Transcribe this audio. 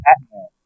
Batman